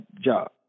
job